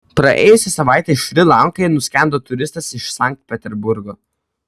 praėjusią savaitę šri lankoje nuskendo turistas iš sankt peterburgo